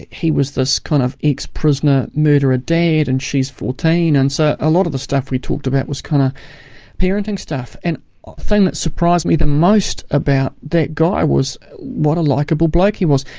he was this kind of ex-prisoner, murderer dad, and she's fourteen, and so a lot of the stuff we talked about was kind of parenting stuff. and the thing that surprised me the most about that guy was what a likeable bloke he was.